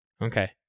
okay